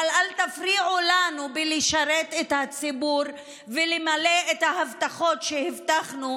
אבל אל תפריעו לנו לשרת את הציבור ולמלא את ההבטחות שהבטחנו,